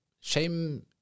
shame